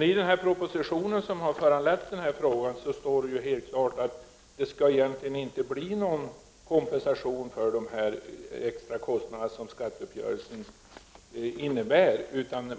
I den proposition som föranlett denna fråga sägs det helt klart att det egentligen inte skall bli någon kompensation för de extra kostnader som skatteuppgörelsen förorsakar.